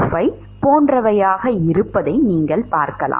25 போன்றவையாக இருப்பதை நீங்கள் பார்க்கலாம்